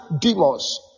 demons